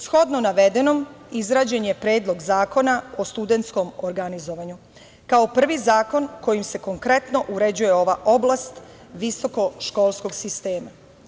Shodno navedenom, izrađen je Predlog zakona o studentskom organizovanju, kao prvi zakon kojim se konkretno uređuje ova oblast visokoškolskog sistema.